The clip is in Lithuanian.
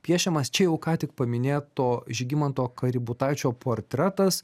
piešiamas čia jau ką tik paminėto žygimanto kaributaičio portretas